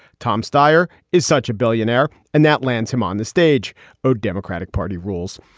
tom stier is such a billionaire and that lands him on the stage of democratic party rules.